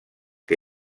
que